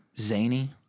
zany